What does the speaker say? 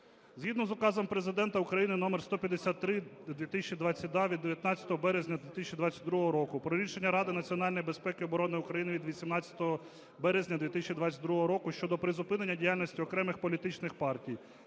Згідно з Указом Президента України № 153/2022 від 19 березня 2022 року про рішення Ради національної безпеки і оборони України від 18 березня 2022 року щодо призупинення діяльності окремих політичних партій